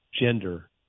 gender